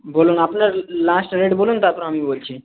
বলুন আপনার last rate বলুন তারপর আমি বলছি